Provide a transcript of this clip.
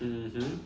mmhmm